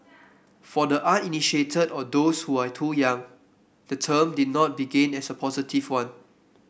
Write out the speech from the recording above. for the uninitiated or those who are too young the term did not begin as a positive one